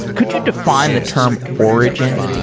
could you define the term origin?